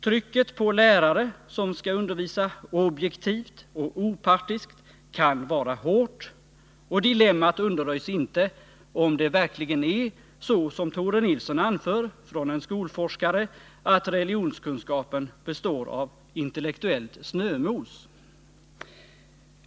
Trycket på lärare som skall undervisa objektivt och opartiskt kan vara hårt, och dilemmat undanröjs inte om det verkligen är så som Tore 39 Nilsson anför från en skolforskare, att religionskunskapen består av intellektuellt shömos.